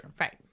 Right